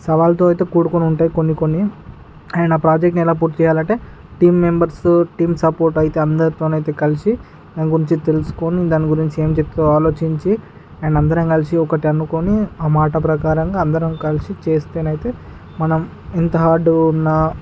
సవాలుతో అయితే కూడుకొని ఉంటాయి కొన్ని కొన్ని అయినా ప్రాజెక్టుని ఎలా పూర్తి చేయాలి అంటే టీం మెంబర్స్ టీం సపోర్ట్ అయితే అందరితోని అయితే కలిసి దాని గురించి తెలుసుకొని దాని గురించి ఏం చెబుతారో ఆలోచించి అండ్ అందరం కలిసి ఒకటి అనుకొని ఆ మాట ప్రకారంగా అందరం కలిసి చేస్తేనైతే మనం ఎంత హార్డ్ ఉన్నా